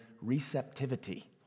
receptivity